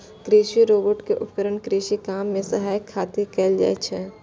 कृषि रोबोट के उपयोग कृषि काम मे सहायता खातिर कैल जाइ छै